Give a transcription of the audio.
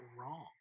wrong